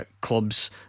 clubs